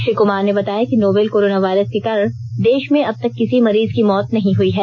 श्री कुमार ने बताया कि नोवल कोराना वायरस के कारण देश में अब तक किसी मरीज की मौत नहीं हुई है